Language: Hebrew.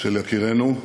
של יקירנו,